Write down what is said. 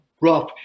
rough